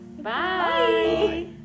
Bye